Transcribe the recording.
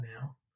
now